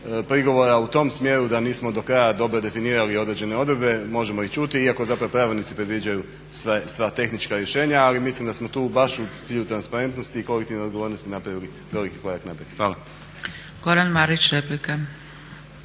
prigovora u tom smjeru da nismo do kraja dobro definirali određene odredbe, možemo ih čuti iako zapravo pravilnici predviđaju sva tehnička rješenja, ali mislim da smo tu baš u cilju transparentnosti i kolektivne odgovornosti napravili veliki korak naprijed. Hvala.